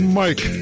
mike